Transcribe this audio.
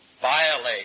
violate